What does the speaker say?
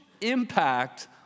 impact